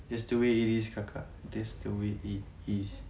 that's the way it is kakak that's the way it is